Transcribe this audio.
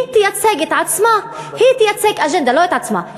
היא תייצג את עצמה, היא תייצג אג'נדה, לא את עצמה.